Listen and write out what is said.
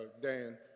Dan